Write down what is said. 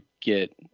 get